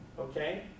okay